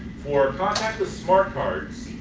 for contactless smart cards,